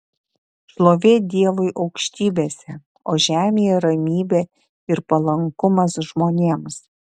šlovė dievui aukštybėse o žemėje ramybė ir palankumas žmonėms